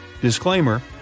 Disclaimer